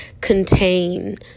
contain